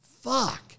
Fuck